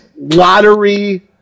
Lottery